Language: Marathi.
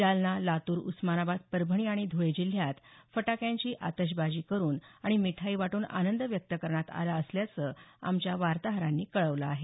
जालना लातूर उस्मानाबाद परभणी आणि धुळे जिल्ह्यात फटाक्यांची आतषबाजी करुन अणि मिठाई वाटून आनंद व्यक्त करण्यात आला असल्याचं आमच्या वार्ताहरांनी कळवलं आहे